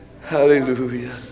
Hallelujah